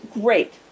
great